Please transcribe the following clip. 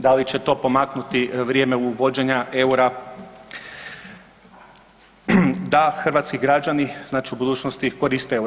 Da li će to pomaknuti vrijeme uvođenja eura da hrvatski građani znači u budućnosti koriste euro.